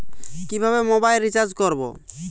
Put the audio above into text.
কিভাবে mobile recharge করব?